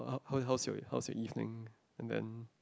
how how's your how's your evening and then